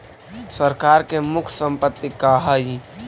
सरकार के मुख्य संपत्ति का हइ?